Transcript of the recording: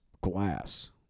glass